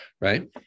right